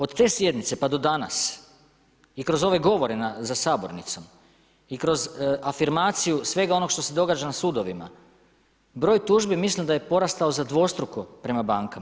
Od te sjednice, pa do danas i kroz ove govore za sabornicom, i kroz afirmaciju svega onoga što se događa na sudovima broj tužbi mislim da je porastao za dvostruko prema bankama.